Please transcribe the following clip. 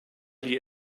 die